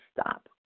stop